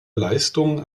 leistungen